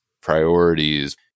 priorities